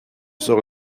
sur